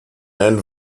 ein